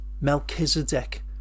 Melchizedek